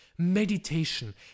meditation